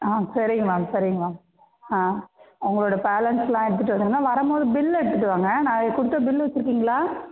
ஆ சரிங்க மேம் சரிங்க மேம் ஆ உங்களோட பேலன்ஸ்ல்லாம் எடுத்துகிட்டு வந்துவிடுங்க வரம் போது பில் எடுத்துகிட்டு வாங்க நான் கொடுத்த பில் வச்சுருக்கீங்களா